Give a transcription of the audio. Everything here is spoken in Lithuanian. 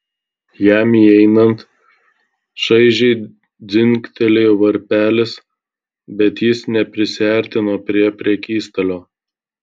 jam įeinant šaižiai dzingtelėjo varpelis bet jis neprisiartino prie prekystalio